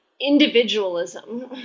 individualism